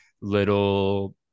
little